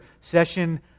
Session